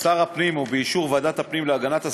שר הפנים ובאישור ועדת הפנים והגנת הסביבה,